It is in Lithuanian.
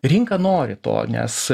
rinka nori to nes